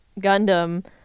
Gundam